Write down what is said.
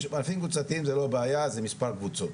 בענפים קבוצתיים זו לא בעיה, זה מספר קבוצות.